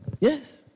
Yes